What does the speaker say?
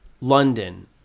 London